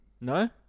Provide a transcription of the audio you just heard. No